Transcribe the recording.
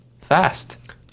fast